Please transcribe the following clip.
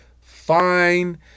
Fine